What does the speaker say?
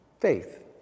faith